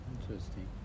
interesting